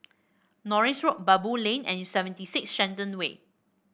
Norris Road Baboo Lane and Seventy Six Shenton Way